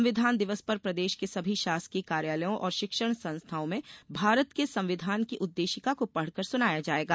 संविधान दिवस पर प्रदेश के सभी शासकीय कार्यालयों और शिक्षण संस्थाओं में भारत के संविधान की उद्देशिका को पढ़कर सुनाया जायेगा